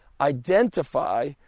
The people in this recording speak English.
Identify